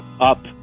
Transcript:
up